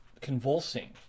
convulsing